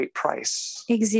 price